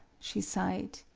she sighed.